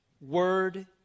word